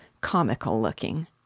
comical-looking